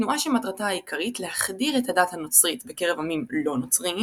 תנועה שמטרתה העיקרית להחדיר את הדת הנוצרית בקרב עמים לא-נוצריים,